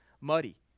muddy